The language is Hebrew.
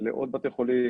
לעוד בתי חולים,